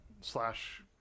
Slash